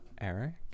Eric